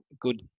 good